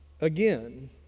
Again